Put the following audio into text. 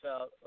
out